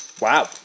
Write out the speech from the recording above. Wow